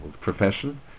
profession